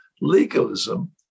legalism